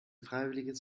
freiwilliges